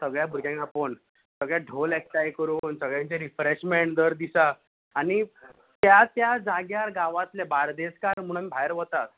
सगळ्या भुरग्यांक आपोवन सगळे ढोल एकठांय करून सगळ्यांचे रिफ्रेशमेंट दर दिसांक आनी त्या त्या जाग्यांर गांवातलें बार्देसकार म्हणून भायर वतात